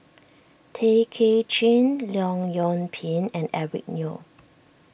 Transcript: Tay Kay Chin Leong Yoon Pin and Eric Neo